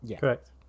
Correct